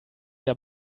der